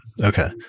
Okay